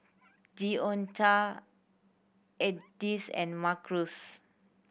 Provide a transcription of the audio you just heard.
Deonta Edyth and Marquez